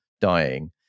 dying